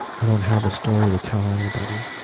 i don't have a story to tell anybody.